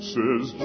Says